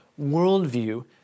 worldview